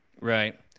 Right